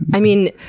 i mean,